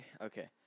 Okay